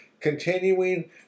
continuing